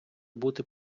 бути